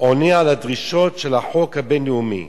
עונה על הדרישות של החוק הבין-לאומי.